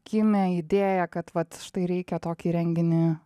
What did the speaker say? gimė idėja kad vat štai reikia tokį renginį